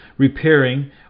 Repairing